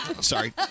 Sorry